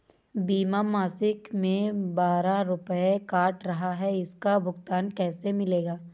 बीमा मासिक में बारह रुपय काट रहा है इसका भुगतान कैसे मिलेगा?